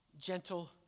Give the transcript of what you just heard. gentle